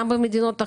גם במדינות אחרות,